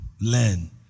learn